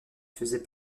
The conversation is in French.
faisait